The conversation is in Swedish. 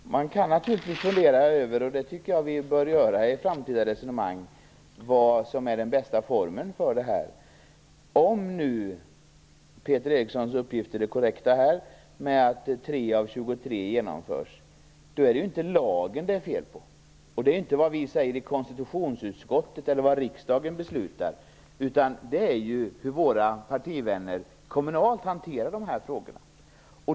Fru talman! Man kan naturligtvis fundera över - och det tycker jag att vi bör göra i framtida resonemang - vad som är den bästa formen för detta. Om nu Peter Erikssons uppgifter är korrekta, att 3 av 23 genomförs, då är det inte lagen det är fel på eller på det vi säger i konstitutionsutskottet eller det riksdagen beslutar, utan på hur våra kommunala partivänner hanterar de här frågorna.